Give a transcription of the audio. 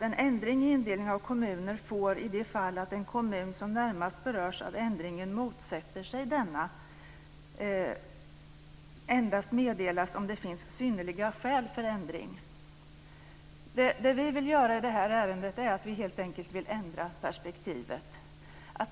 En ändring i indelningen av kommuner får - i de fall att en kommun som närmast berörs av ändringen motsätter sig denna - meddelas endast om det finns synnerliga skäl för ändringen. Det som vi vill göra i detta ärende är att helt enkelt ändra perspektivet.